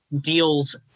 deals